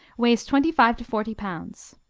weighs twenty five to forty pounds.